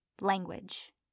language